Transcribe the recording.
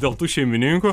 dėl tų šeimininkų